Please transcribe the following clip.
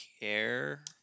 care